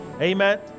Amen